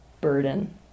burden